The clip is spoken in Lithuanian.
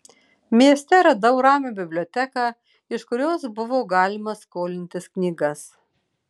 mieste radau ramią biblioteką iš kurios buvo galima skolintis knygas